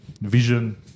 vision